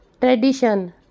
Tradition